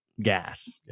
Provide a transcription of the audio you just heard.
gas